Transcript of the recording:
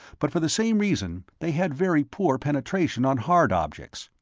but for the same reason, they had very poor penetration on hard objects.